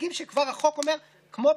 את חבר הכנסת שלמה קרעי כתומך,